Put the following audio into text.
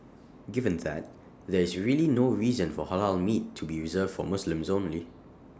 given that there is really no reason for Halal meat to be reserved for Muslims only